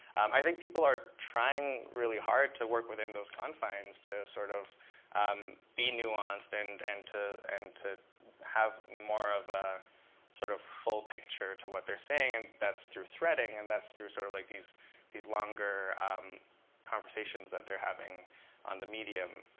i think people are trying really hard to work within those confines to sort of um be nuanced and and be nuanced and to have more of a sort of full picture to what they're saying. and that's through threading. and that's through sort of like these these longer conversations that they're having on the medium.